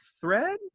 thread